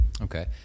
Okay